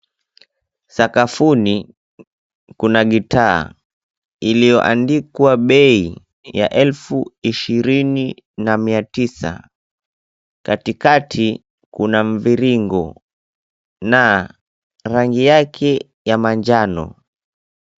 Sakafuni kuna gita iliyoandikwa bei ya elfu ishirini na mia tisa. Katikati kuna mviringo na rangi yake ya manjano.